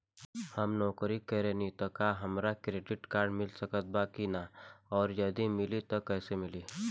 हम नौकरी करेनी त का हमरा क्रेडिट कार्ड मिल सकत बा की न और यदि मिली त कैसे मिली?